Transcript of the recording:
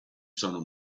sono